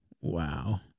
Wow